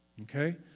Okay